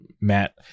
Matt